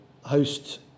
Host